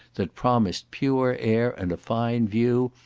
that promised pure air and a fine view,